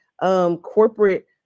corporate